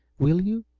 will you,